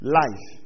life